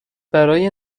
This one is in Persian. برای